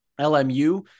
LMU